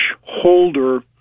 holder